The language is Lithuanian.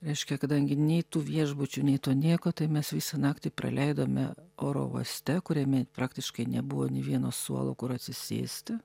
reiškia kadangi nei tų viešbučių nei to nieko tai mes visą naktį praleidome oro uoste kuriame praktiškai nebuvo nė vieno suolo kur atsisėsti